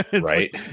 right